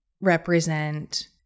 represent